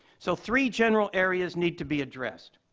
so three general areas need to be addressed.